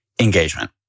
engagement